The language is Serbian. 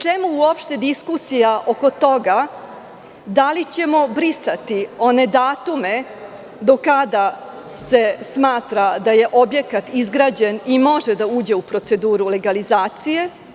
Čemu uopšte diskusija oko toga da li ćemo brisati one datume do kada se smatra da je objekat izgrađen i može da uđe u proceduru legalizacije?